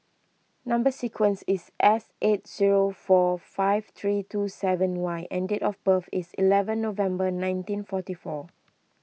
Number Sequence is S eight zero four five three two seven Y and date of birth is eleven November nineteen forty four